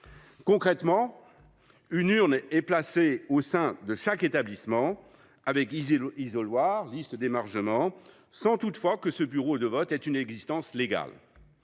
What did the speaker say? Concrètement, une urne est placée au sein de chaque établissement, accompagnée d’un isoloir et de listes d’émargement, sans toutefois que ce bureau de vote ait une existence légale